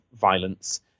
violence